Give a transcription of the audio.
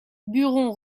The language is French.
buron